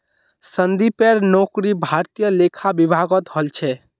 संदीपेर नौकरी भारतीय लेखा विभागत हल छ